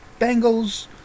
Bengals